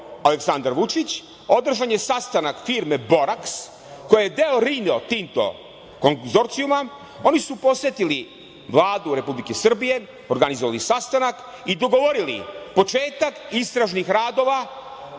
Aleksandar Vučić, održan je sastanak firme „Boraks“ koja je deo Rio Tinto konzorcijuma. Oni su posetili Vladu Republike Srbije, organizovali sastanak i dogovorili početak istražnih radova